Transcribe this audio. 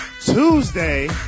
Tuesday